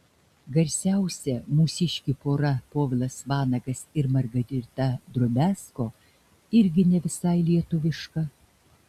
garsiausia mūsiškių pora povilas vanagas ir margarita drobiazko irgi ne visai lietuviška